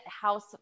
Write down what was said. House